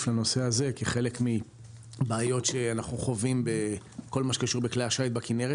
לנושא הזה בחלק מהבעיות שאנחנו חווים בכל מה שקשור לכלי השיט בכנרת,